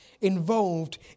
involved